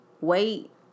wait